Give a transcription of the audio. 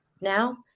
now